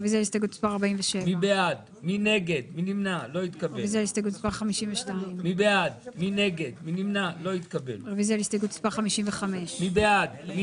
רוויזיה על הסתייגות מספר 15. מי בעד קבלת הרוויזיה?